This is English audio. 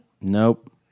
Nope